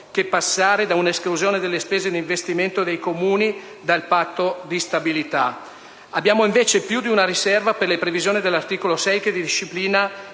che passare da un'esclusione delle spese d'investimento dei Comuni dal Patto di stabilità. Abbiamo invece più di una riserva per le previsioni dell'articolo 6 che disciplina